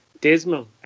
dismal